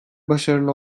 başarılı